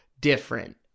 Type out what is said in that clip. different